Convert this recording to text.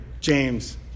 James